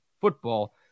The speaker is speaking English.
football